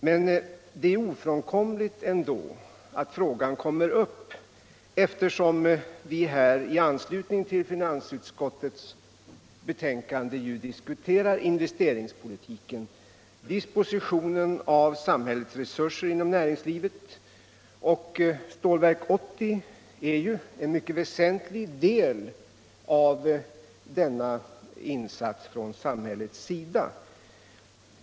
Men det är ofrånkomligt ändå att frågan kommer upp, eftersom vi här, i anslutning till finansutskottets betänkande, diskuterar investeringspolitiken och dispositionen av samhällets resurser inom näringslivet — Stålverk 80 är ju en mycket väsentlig del av denna insats från samhällets sida.